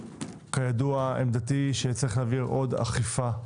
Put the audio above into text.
כידוע עמדתי היא שצריך להעביר עוד אכיפה,